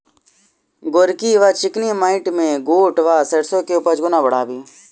गोरकी वा चिकनी मैंट मे गोट वा सैरसो केँ उपज कोना बढ़ाबी?